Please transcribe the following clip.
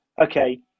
okay